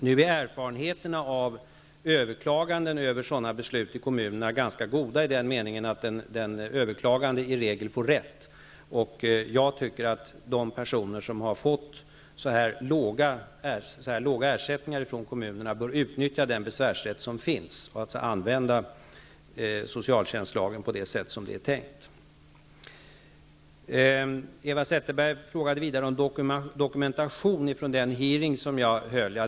Erfarenheterna ute i kommunerna av överklaganden av sådana beslut är ganska goda i den meningen att den överklagande i regel får rätt. Jag tycker att de personer som beviljats så låga ersättningar från kommunerna bör utnyttja den besvärsrätt som finns, dvs. använda sig av socialtjänstlagen på det sätt som det är tänkt. Eva Zetterberg frågade för det andra om det fanns någon dokumentation från den hearing som jag höll.